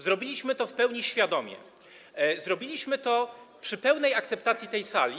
Zrobiliśmy to w pełni świadomie, zrobiliśmy to przy pełnej akceptacji tej Sali.